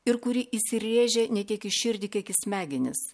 ir kuri įsirėžė ne tiek į širdį kiek į smegenis